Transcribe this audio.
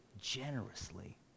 generously